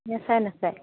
নাচায় নাচায়